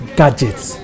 gadgets